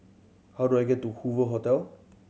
how do I get to Hoover Hotel